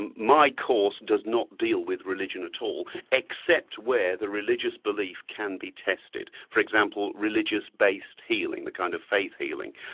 and my course does not deal with religion at all except where the religious belief can be tested. for example religious based healing, the kind of faith healing.